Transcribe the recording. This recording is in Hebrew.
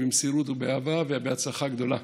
במסירות ובאהבה ובהצלחה גדולה.